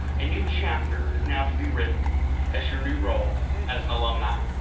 a new chapter is now to be written as your new role as an alumni,